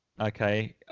Okay